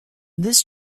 this